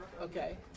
Okay